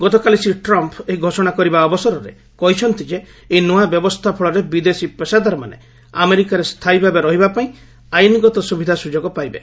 ଗତକାଲି ଶ୍ରୀ ଟ୍ରମ୍ପ୍ ଏହି ଘୋଷଣା କରିବା ଅବସରରେ କହିଛନ୍ତି ଯେ ଏହି ନୂଆ ବ୍ୟବସ୍ଥା ଫଳରେ ବିଦେଶୀ ପେସାଦାରମାନେ ଆମେରିକାରେ ସ୍ଥାୟୀ ଭାବେ ରହିବା ପାଇଁ ଆଇନ୍ଗତ ସୁବିଧା ସୁଯୋଗ ପାଇବେ